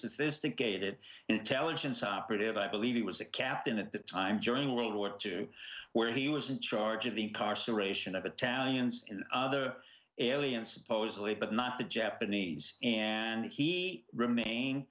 sophisticated intelligence operative i believe it was a captain at the time during world war two where he was in charge of the incarceration of a town and other ilian supposedly but not the japanese and he remain